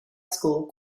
school